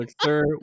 sir